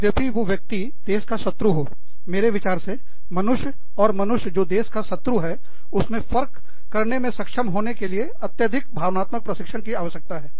यद्यपि वो व्यक्ति देश का शत्रु हो मेरे विचार से मनुष्य और मनुष्य जो देश का शत्रु है उसमें फर्क करने के में सक्षम होने के लिए अत्यधिक भावनात्मक प्रशिक्षण की आवश्यकता है